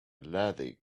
lathe